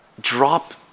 Drop